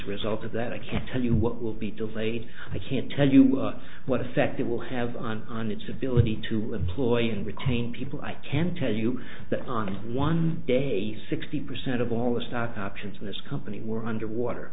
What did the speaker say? a result of that i can't tell you what will be delayed i can't tell you what effect it will have on on its ability to employ and retain people i can tell you that on one day sixty percent of all the stock options in this company were underwater